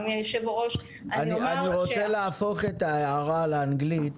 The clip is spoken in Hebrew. אדוני יושב הראש --- אני רוצה להפוך את ההערה לאנגלית,